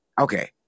Okay